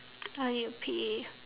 I need to pee